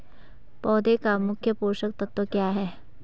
पौधें का मुख्य पोषक तत्व क्या है?